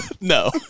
No